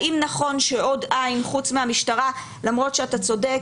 האם נכון שעוד עין חוץ מהמשטרה למרות שאתה צודק,